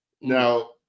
Now